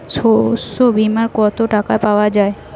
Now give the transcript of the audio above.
শস্য বিমায় কত টাকা পাওয়া যায়?